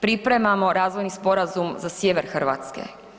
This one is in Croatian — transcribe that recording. Pripremamo razvojni sporazum za sjever Hrvatske.